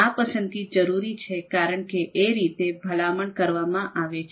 આ પસંદગી જરૂરી છે કારણ કે એ રીતે ભલામણ કરવામાં આવે છે